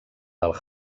del